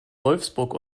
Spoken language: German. wolfsburg